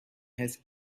has